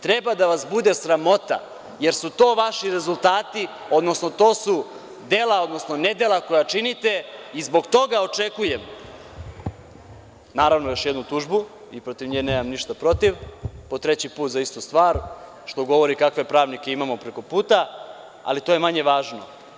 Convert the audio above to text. Treba da vas bude sramota, jer su to vaši rezultati, odnosno to su dela, odnosno ne dela koja činite i zbog toga očekujem, naravno, još jednu tužbu i protiv nje nemam ništa protiv, po treći put za istu stvar, što govori kakve pravnike imamo preko puta, ali to je manje važno.